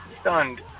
stunned